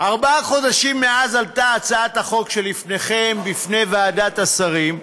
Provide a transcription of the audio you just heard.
ארבעה חודשים מאז עלתה הצעת החוק שלפניכם בפני ועדת השרים,